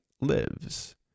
lives